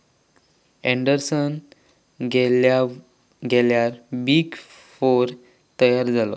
Anderson गेल्यार big four तयार झालो